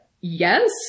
yes